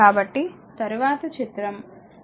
కాబట్టి తరువాత చిత్రం 2